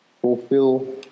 fulfill